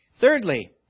Thirdly